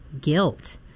guilt